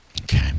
Okay